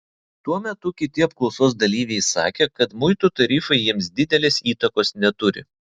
tuo metu kiti apklausos dalyviai sakė kad muitų tarifai jiems didelės įtakos neturi